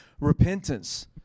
repentance